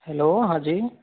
hello हाँ जी